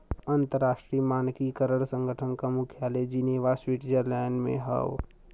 अंतर्राष्ट्रीय मानकीकरण संगठन क मुख्यालय जिनेवा स्विट्जरलैंड में हौ